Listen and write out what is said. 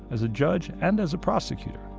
as a judge and as a prosecutor.